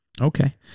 Okay